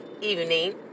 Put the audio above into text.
evening